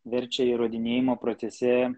verčia įrodinėjimo procese